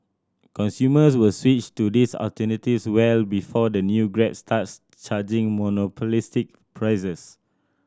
consumers will switch to these alternatives well before the new Grab starts charging monopolistic prices